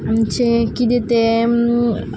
आमचें कितें तें